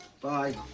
Bye